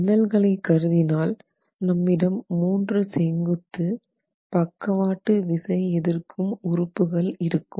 ஜன்னல்களை கருதினால் நம்மிடம் 3 செங்குத்து பக்கவாட்டு விசை எதிர்க்கும் உறுப்புகள் இருக்கும்